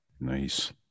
Nice